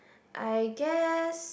I guess